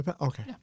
okay